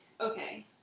okay